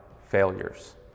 failures